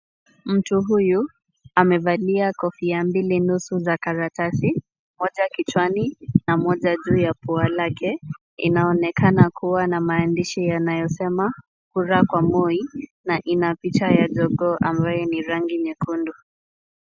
Mtu huyu amevalia kofia mbili nusu za karatasi, moja kichwani na moja juu ya pua lake. Inaonekana kuwa na maandishi yanayosema kura kwa Moi na ina picha ya jogoo ambaye ni rangi nyekundu.